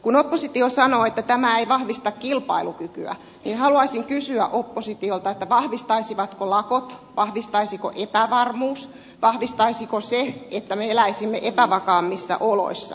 kun oppositio sanoo että tämä ei vahvista kilpailukykyä niin haluaisin kysyä oppositiolta vahvistaisivatko lakot vahvistaisiko epävarmuus vahvistaisiko se että me eläisimme epävakaammissa oloissa